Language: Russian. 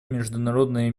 международные